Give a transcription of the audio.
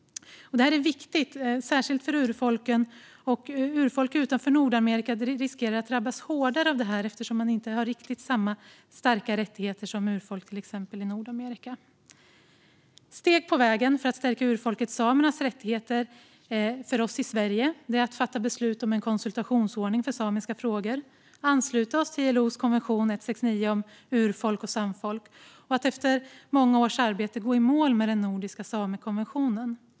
Detta är viktigt, särskilt för urfolken. Urfolk utanför Nordamerika riskerar att drabbas hårdare av detta eftersom de inte har riktigt lika starka rättigheter som urfolk i till exempel Nordamerika. Steg på vägen för oss i Sverige för att stärka urfolket samernas rättigheter är att fatta beslut om en konsultationsordning för samiska frågor, ansluta oss till ILO:s konvention 169 om urfolk och stamfolk och efter många års arbete gå i mål med den nordiska samekonventionen.